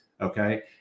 Okay